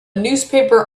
newspaper